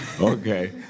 Okay